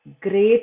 great